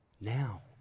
Now